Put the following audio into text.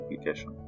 application